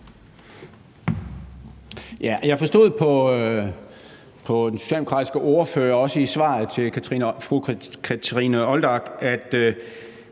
Jeg forstod på den socialdemokratiske ordfører – også i svaret til fru Kathrine Olldag – at